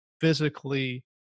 physically